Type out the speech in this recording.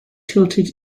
tilted